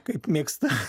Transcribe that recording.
kaip mėgsta